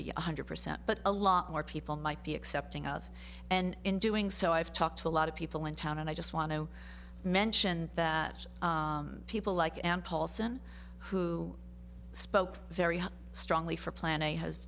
one hundred percent but a lot more people might be accepting of and in doing so i've talked to a lot of people in town and i just want to mention that people like and paulson who spoke very strongly for plan a has